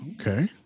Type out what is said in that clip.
Okay